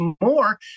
more